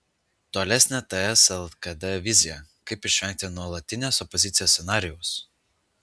tolesnė ts lkd vizija kaip išvengti nuolatinės opozicijos scenarijaus